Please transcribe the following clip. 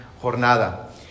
jornada